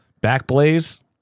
Backblaze